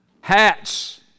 Hats